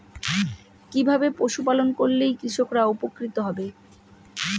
কিভাবে পশু পালন করলেই কৃষকরা উপকৃত হবে?